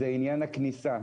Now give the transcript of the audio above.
זה עניין הכניסה.